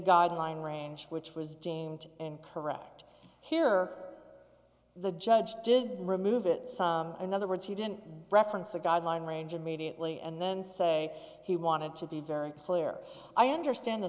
guideline range which was deemed and correct here the judge did remove it another words he didn't reference the guideline range immediately and then say he wanted to be very clear i understand the